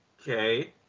Okay